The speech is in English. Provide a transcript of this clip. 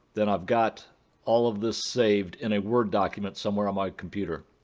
then i've got all of this saved in a word document somewhere on my computer.